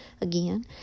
again